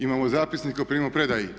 Imamo i zapisnik o primopredaji.